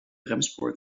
remspoor